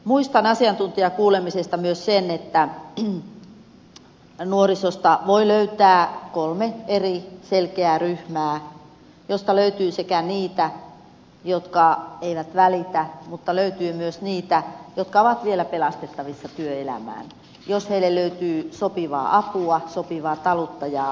muistan asiantuntijakuulemisesta myös sen että nuorisosta voi löytää kolme selkeää eri ryhmää joista löytyy niitä jotka eivät välitä mutta löytyy myös niitä jotka ovat vielä pelastettavissa työelämään jos heille löytyy sopivaa apua sopivaa taluttajaa